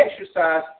exercise